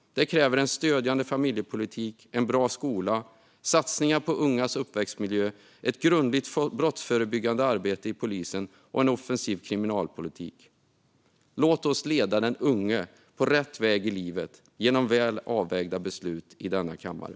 Det kräver en stödjande familjepolitik, en bra skola, satsningar på ungas uppväxtmiljö, ett grundligt brottsförebyggande arbete av polisen och en offensiv kriminalpolitik. Låt oss leda den unge på rätt väg i livet genom väl avvägda beslut i denna kammare.